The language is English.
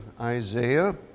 Isaiah